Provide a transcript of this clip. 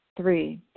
Three